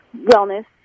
Wellness